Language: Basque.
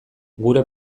gure